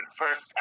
first